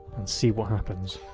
and see what happens.